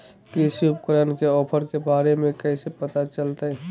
कृषि उपकरण के ऑफर के बारे में कैसे पता चलतय?